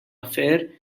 affair